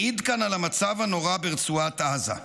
מעיד כאן, על המצב הנורא ברצועת עזה.